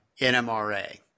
NMRA